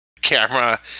camera